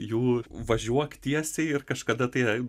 jų važiuok tiesiai ir kažkada tai